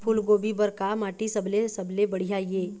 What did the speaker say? फूलगोभी बर का माटी सबले सबले बढ़िया ये?